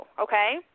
Okay